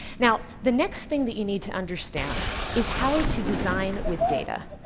now, the next thing that you need to understand is how to design with data.